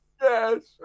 Yes